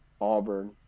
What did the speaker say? Auburn